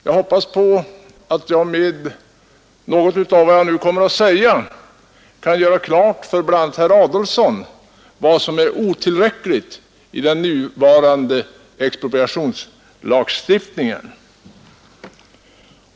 Jag hoppas att jag med något av vad jag nu kommer att säga kan göra klart för bl.a. herr Adolfsson vad som är otillräckligt i den nuvarande expropriationslagstiftningen.